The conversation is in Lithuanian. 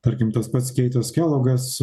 tarkim tas pats keitas kelogas